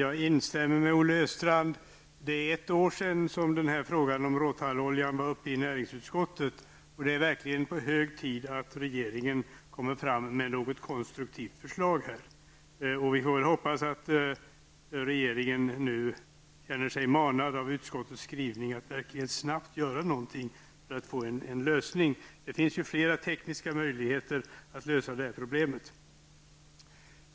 Jag instämmer med Olle Östrand. Det är ett år sedan denna fråga om råtalloljan behandlades i näringsutskottet, och det är verkligen hög tid att regeringen presenterar ett konstruktivt förslag. Vi får väl hoppas att regeringen nu känner sig manad av utskottets skrivning att verkligen snabbt göra någonting för att få till stånd en lösning. Det finns flera tekniska möjligheter att lösa detta problem.